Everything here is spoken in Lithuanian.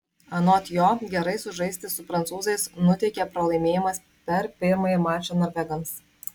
anot jo gerai sužaisti su prancūzais nuteikė pralaimėjimas per pirmąjį mačą norvegams